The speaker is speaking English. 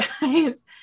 guys